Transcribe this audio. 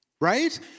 right